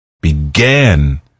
Began